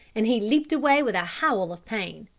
and he leapt away with a howl of pain.